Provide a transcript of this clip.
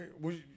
right